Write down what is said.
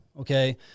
okay